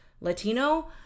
Latino